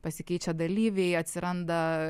pasikeičia dalyviai atsiranda